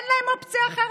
אין להם אופציה אחרת.